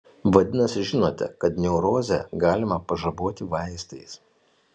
vadinasi žinote kad neurozę galima pažaboti vaistais